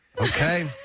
Okay